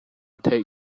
theih